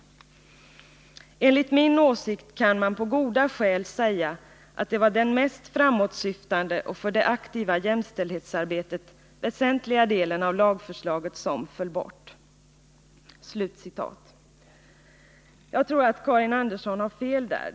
Enligt min åsikt kan man på goda skäl säga att det var den mest framåtsyftande och för det aktiva jämställdhetsarbetet väsentligaste delen av lagförslaget som föll bort.” Jag tror att Karin Andersson har fel här.